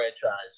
franchise